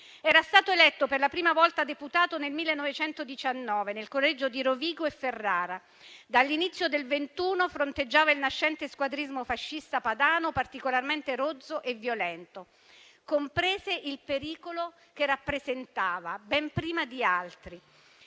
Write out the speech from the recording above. era stato eletto per la prima volta deputato nel 1919, nel collegio di Rovigo e Ferrara. Dall'inizio del 1921 fronteggiò il nascente squadrismo fascista padano, particolarmente rozzo e violento. Comprese il pericolo che rappresentava, ben prima di altri.